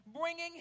bringing